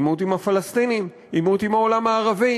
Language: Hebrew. עימות עם הפלסטינים, עימות עם העולם הערבי.